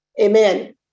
amen